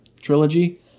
trilogy